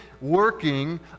working